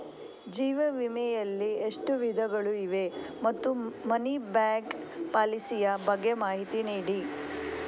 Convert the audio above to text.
ಜೀವ ವಿಮೆ ಯಲ್ಲಿ ಎಷ್ಟು ವಿಧಗಳು ಇವೆ ಮತ್ತು ಮನಿ ಬ್ಯಾಕ್ ಪಾಲಿಸಿ ಯ ಬಗ್ಗೆ ಮಾಹಿತಿ ನೀಡಿ?